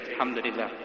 Alhamdulillah